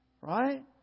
right